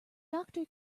doctor